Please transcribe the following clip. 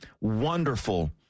wonderful